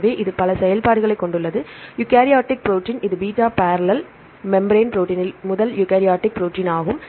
எனவே இது பல செயல்பாடுகளைக் கொண்டுள்ளது யூகாரியோடிக் ப்ரோடீன் இது பீட்டா பர்ரேல் மெம்பிரான் ப்ரோடீனில் முதல் யூகாரியோடிக் ப்ரோடீன் ஆகும்